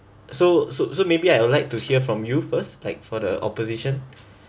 so so so maybe I would like to hear from you first like for the opposition